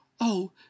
Oh